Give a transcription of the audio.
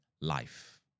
life